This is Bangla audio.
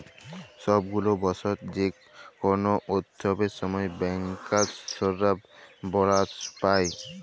ছব গুলা বসর যে কল উৎসবের সময় ব্যাংকার্সরা বলাস পায়